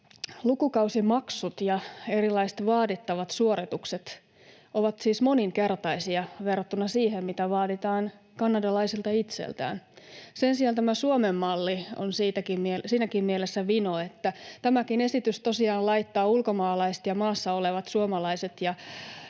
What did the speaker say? lukukausimaksut ja erilaiset vaadittavat suoritukset ovat siis moninkertaisia verrattuna siihen, mitä vaaditaan kanadalaisilta itseltään. Sen sijaan tämä Suomen malli on siinäkin mielessä vino, että tämäkin esitys tosiaan laittaa ulkomaalaiset ja maassa olevat suomalaiset